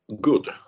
good